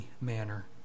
manner